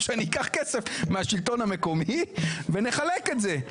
אני אקח כסף מהשלטון המקומי ונחלק את זה".